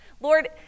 Lord